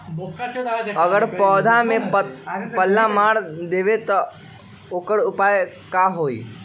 अगर पौधा में पल्ला मार देबे त औकर उपाय का होई?